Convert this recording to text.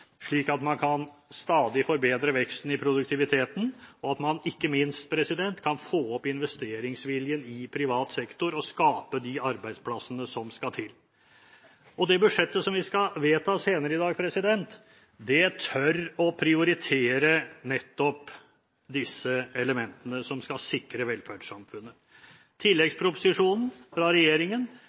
slik at man stadig kan forbedre veksten i produktiviteten, og ikke minst slik at man kan få opp investeringsviljen i privat sektor og skape de arbeidsplassene som skal til. Det budsjettet som vi skal vedta senere i dag, tør å prioritere nettopp disse elementene som skal sikre velferdssamfunnet. Tilleggsproposisjonen fra regjeringen,